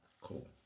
Cool